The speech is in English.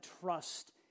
trust